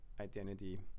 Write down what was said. identity